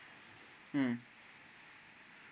mm